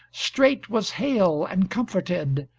straight was hale and comforted,